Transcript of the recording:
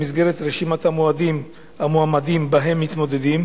במסגרת רשימת המועמדים שבה הם מתמודדים,